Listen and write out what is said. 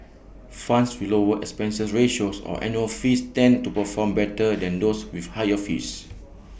funds with lower expense ratios or annual fees tend to perform better than those with higher fees